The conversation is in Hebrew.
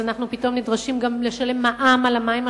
אז אנחנו פתאום נדרשים גם לשלם מע"מ על המים,